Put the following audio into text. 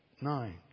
nine